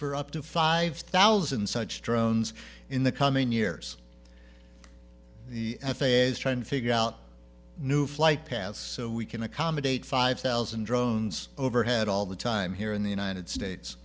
for up to five thousand such drones in the coming years the f a a is trying to figure out new flight paths so we can accommodate five thousand drones overhead all the time here in the united states